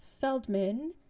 Feldman